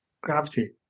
Gravity